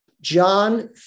John